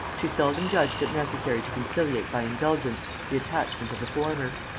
she seldom judged it necessary to conciliate by indulgence the attachment of the former.